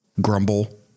grumble